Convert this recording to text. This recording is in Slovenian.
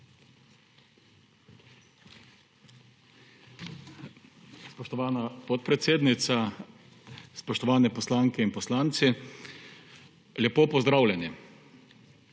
Spoštovana podpredsednica, spoštovani poslanke in poslanci, lepo pozdravljeni!